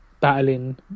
Battling